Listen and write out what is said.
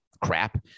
crap